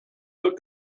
pas